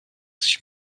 sich